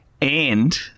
And-